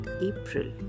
April